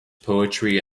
poetry